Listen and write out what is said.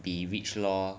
be rich lor